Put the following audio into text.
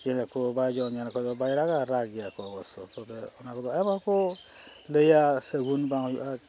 ᱪᱮᱬᱮ ᱠᱚ ᱵᱟᱭ ᱡᱚᱢ ᱵᱟᱭ ᱧᱟᱢ ᱞᱮᱠᱷᱟᱱ ᱫᱚ ᱵᱟᱭ ᱨᱟᱜᱟ ᱨᱟᱜᱽ ᱜᱮᱭᱟ ᱠᱚ ᱚᱵᱚᱥᱥᱳ ᱛᱚᱵᱮ ᱚᱱᱟ ᱠᱚᱫᱚ ᱟᱭᱢᱟ ᱠᱚ ᱞᱟᱹᱭᱟ ᱥᱮ ᱥᱟᱹᱜᱩᱱ ᱵᱟᱝ ᱦᱩᱭᱩᱜᱼᱟ